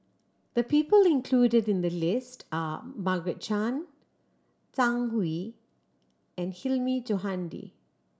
the people included in the list are Margaret Chan Zhang Hui and Hilmi Johandi